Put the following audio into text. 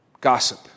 Gossip